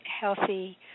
healthy